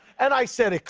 and i said,